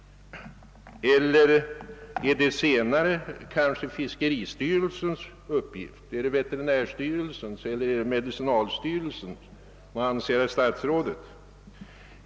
Eller är det senare kanske fiskeristyrelsens uppgift, är det veterinärstyrelsens eller är det medicinalstyrelsens? Vad anser herr statsrådet?